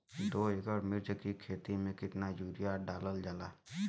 दो एकड़ मिर्च की खेती में कितना यूरिया डालल जाला?